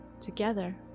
together